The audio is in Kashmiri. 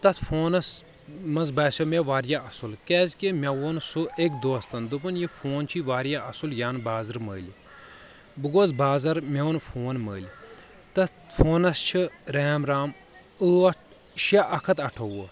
تتھ فونس منٛز باسیٚو مےٚ واریاہ اصٕل کیاز کہِ مےٚ ووٚن سُہ أکۍ دوستن دوٚپُن یہِ فون چھے واریاہ اصٕل یہِ ان بازرٕ مٔلۍ بہٕ گووُس بازر مےٚ اوٚن فون مٔلۍ تتھ فونس چھِ ریم رام ٲٹھ شیٚے اکھ ہتھ اٹھووُہ